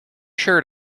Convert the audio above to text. shirt